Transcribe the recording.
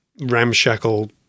ramshackle